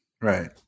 Right